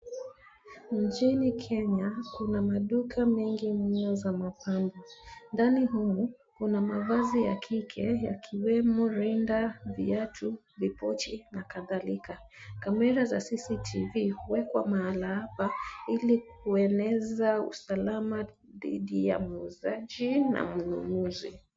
Nchini Kenya kuna maduka mengi mno za mapambo. Ndani humu, kuna mavazi ya kike yakiwemo rinda, viatu, vipochi na kadhalika. Kamera za cs[cctv]cs huwekwa mahali hapa ili kueneza usalama dhidi ya muuzaji na mnunuzi.